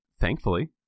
thankfully